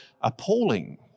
appalling